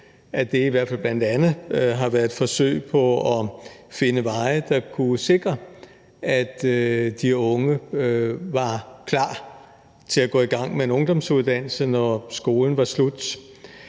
at den i hvert fald bl.a. har været et forsøg på at finde veje, der kunne sikre, at de unge var klar til at gå i gang med en ungdomsuddannelse, når skolen var slut.